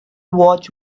watch